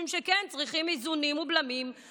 צריכים איזונים ובלמים חדשים.